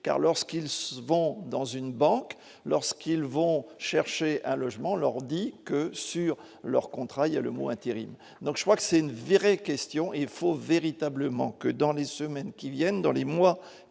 car lorsqu'il s'vont dans une banque lorsqu'ils vont chercher à logement leur dit que sur leur contrat, il y a le mot intérim donc je crois que c'est une virée question il faut véritablement que dans les semaines qui viennent, dans les mois